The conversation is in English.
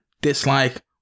dislike